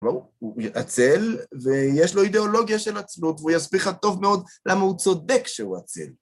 הוא עצל, ויש לו אידאולוגיה של עצמות, והוא יסביר לך טוב מאוד, למה הוא צודק שהוא עצל.